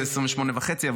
זה 28 וחצי דקות,